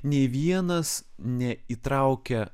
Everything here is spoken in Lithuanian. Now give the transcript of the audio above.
nei vienas neįtraukia